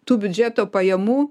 tų biudžeto pajamų